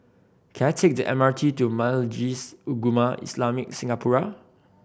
can I take the M R T to Majlis Ugama Islam Singapura